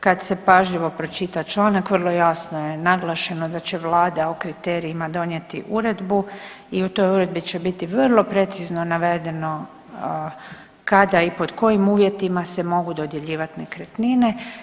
Kad se pažljivo pročita članak vrlo jasno je naglašeno da će vlada o kriterijima donijeti uredbu i u toj uredbi će biti vrlo precizno navedeno kada i pod kojim uvjetima se mogu dodjeljivati nekretnine.